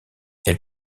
elle